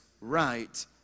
right